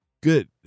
Good